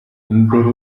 mbere